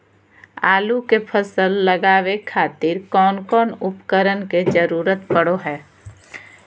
आलू के फसल लगावे खातिर कौन कौन उपकरण के जरूरत पढ़ो हाय?